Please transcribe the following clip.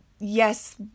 Yes